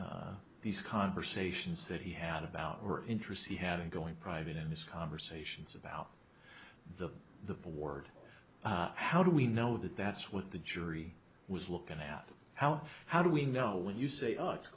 these conversations that he had about or interest you had going private in his conversations about the the board how do we know that that's what the jury was looking at how how do we know when you say oh it's